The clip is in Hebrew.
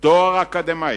תואר אקדמי